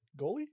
Goalie